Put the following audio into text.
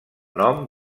nom